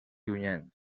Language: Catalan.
junyent